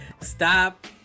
Stop